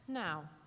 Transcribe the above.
Now